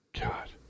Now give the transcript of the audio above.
God